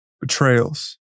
betrayals